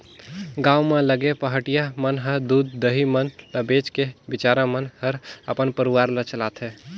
गांव म लगे पहाटिया मन ह दूद, दही मन ल बेच के बिचारा मन हर अपन परवार ल चलाथे